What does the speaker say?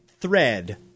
thread